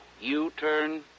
U-turn